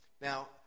Now